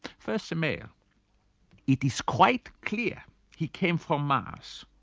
first the man it is quite clear he came from mars.